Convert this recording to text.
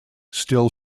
still